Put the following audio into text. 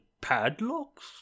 padlocks